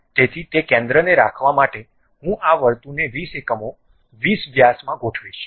તેથી તે કેન્દ્રને રાખવા માટે હું આ વર્તુળને 20 એકમો 20 વ્યાસમાં ગોઠવીશ